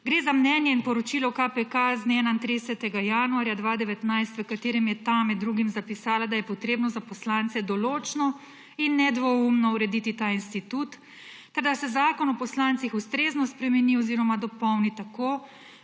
Gre za mnenje in poročilo KPK z dne 31. januarja 2019, v katerem je ta med drugim zapisala, da je potrebno za poslance določno in nedvoumno urediti ta institut ter da se Zakon o poslancih ustrezno spremeni oziroma dopolni tako,